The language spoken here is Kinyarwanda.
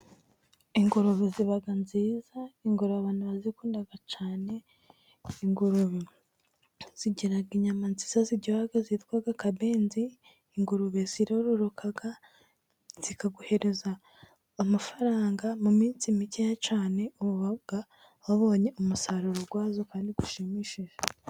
Ingurube ziba nziza, ingurube barazikunda cyane, ingurube zigira inyama nziza zitwa kabenzi, ingurube zirororoka, zikaguhereza amafaranga mu minsi mikeya cyane, uba wabonye umusaruro wazo kandi ushimishije.